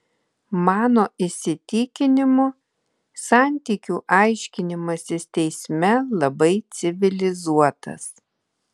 mano įsitikinimu santykių aiškinimasis teisme labai civilizuotas